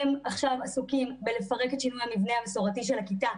הם עכשיו עסוקים בלפרק את שינוי המבנה המסורתי של הכיתה,